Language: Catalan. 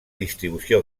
distribució